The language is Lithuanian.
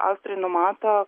austrai numato